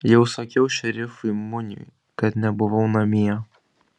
jau sakiau šerifui muniui kad nebuvau namie